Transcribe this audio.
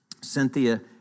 Cynthia